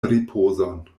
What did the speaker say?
ripozon